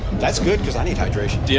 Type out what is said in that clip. that's good. because i need hydration.